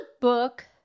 book